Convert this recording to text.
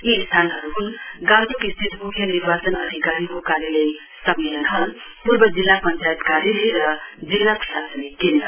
यी स्थानहरु हुन् गान्तोक स्थित मुख्य निर्वाचन अधिकारी कार्यालयको सम्मेलन हल पूर्व जिल्ला पञ्चायत कार्यालय र जिल्ला प्रशासनिक केन्द्र